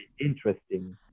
interesting